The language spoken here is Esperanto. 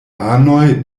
anoj